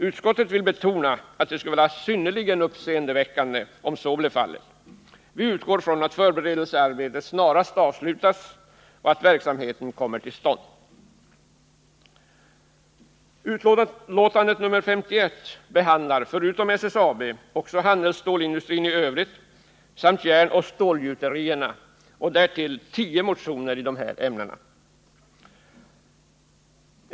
Utskottet vill betona att det skulle vara synnerligen uppseende väckande om så blev fallet. Vi utgår från att förberedelsearbetet snarast avslutas och verksamheten kommer till stånd. Betänkandet nr 51 behandlar, förutom SSAB, också handelsstålsindustrin i övrigt samt järnoch stålgjuterierna och därtill tio motioner i de här ämnena.